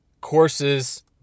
courses